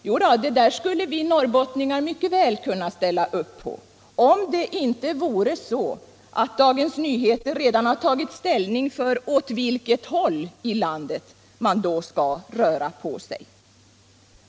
Jo då, det där skulle vi norrbottningar mycket väl kunna ställa upp på, om det inte vore så att Dagens Nyheter redan har tagit ställning för åt vilket håll i landet man då skall röra på sig.